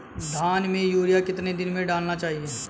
धान में यूरिया कितने दिन में डालना चाहिए?